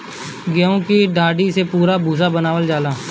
गेंहू की डाठी से भूसा बनावल जाला